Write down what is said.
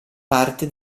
parte